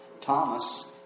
Thomas